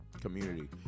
community